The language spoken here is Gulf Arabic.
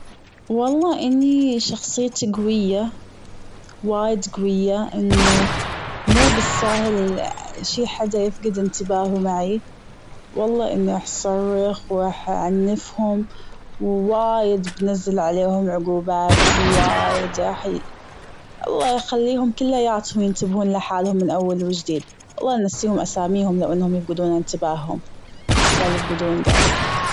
والله إني شخصيتي جوية وايد جوية أنه مو بالساهل شي حدا يفقد إنتباهه معي والله أنه راح صرخ وراح اعنفهم و وايد بنزل عليهم عقوبات وايد راح- والله لأخليهم كلياتهم ينتبهون لحالهم من أول وجديد والله بنسيهم أساميهم لو أنهم يفقدون أنتباههم جال يفقدون جال.